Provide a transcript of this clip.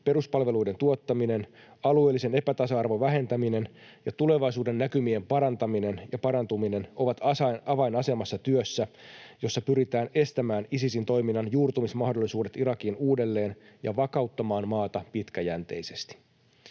peruspalveluiden tuottaminen, alueellisen epätasa-arvon vähentäminen ja tulevaisuudennäkymien parantaminen ja parantuminen ovat avainasemassa työssä, jossa pyritään estämään Isisin toiminnan juurtumismahdollisuudet Irakiin uudelleen ja vakauttamaan maata pitkäjänteisesti.